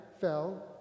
fell